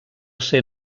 ser